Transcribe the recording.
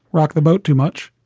rock the boat too much.